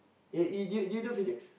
uh you you do you do physics